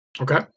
Okay